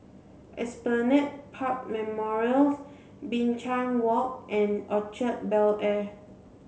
Esplanade Park Memorials Binchang Walk and Orchard Bel Air